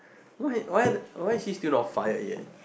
why why why she still not fired yet